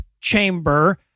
chamber